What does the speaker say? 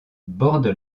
borde